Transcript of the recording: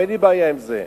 ואין לי בעיה עם זה,